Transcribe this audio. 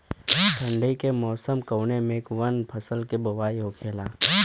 ठंडी के मौसम कवने मेंकवन फसल के बोवाई होखेला?